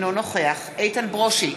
אינו נוכח איתן ברושי,